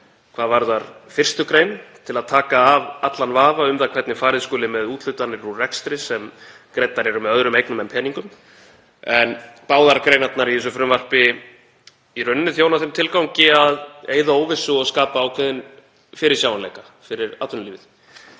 hvað varðar 1. gr. til að taka af allan vafa um hvernig farið skuli með úthlutanir úr rekstri sem greiddar eru með öðrum eignum en peningum. Báðar greinarnar í þessu frumvarpi þjóna í rauninni þeim tilgangi að eyða óvissu og skapa ákveðinn fyrirsjáanleika fyrir atvinnulífið